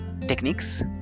techniques